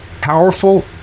powerful